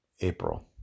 April